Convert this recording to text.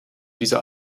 dieser